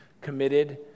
committed